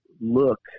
look